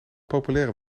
populaire